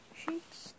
sheets